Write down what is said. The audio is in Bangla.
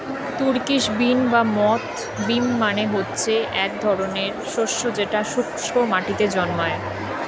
তুর্কিশ বিন বা মথ বিন মানে হচ্ছে এক ধরনের শস্য যেটা শুস্ক মাটিতে জন্মায়